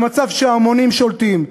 למצב שההמונים שולטים.